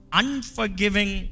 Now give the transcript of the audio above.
unforgiving